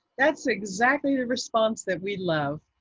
that's exactly the response that we love.